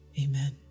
Amen